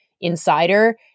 insider